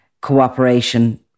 cooperation